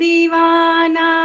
Divana